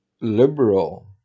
liberal